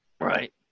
Right